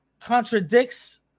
contradicts